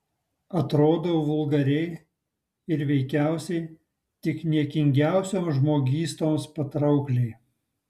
atrodau vulgariai ir veikiausiai tik niekingiausioms žmogystoms patraukliai